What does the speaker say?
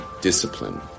discipline